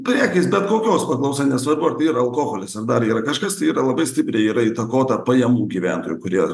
prekės be kokios paklausa nesvarbu ar tai yra alkoholis dar yra kažkas tai yra labai stipriai yra įtakota pajamų gyventojų kurie